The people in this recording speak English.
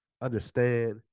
understand